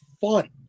fun